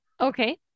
Okay